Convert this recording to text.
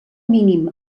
mínim